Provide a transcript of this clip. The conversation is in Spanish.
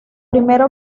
primera